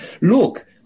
look